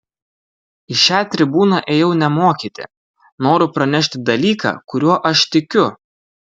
į šią tribūną ėjau ne mokyti noriu pranešti dalyką kuriuo aš tikiu